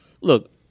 look